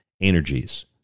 energies